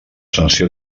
sanció